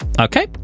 okay